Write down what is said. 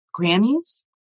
Grammys